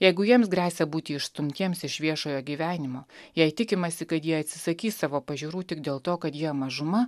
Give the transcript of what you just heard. jeigu jiems gresia būti išstumtiems iš viešojo gyvenimo jei tikimasi kad jie atsisakys savo pažiūrų tik dėl to kad jie mažuma